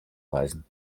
reisen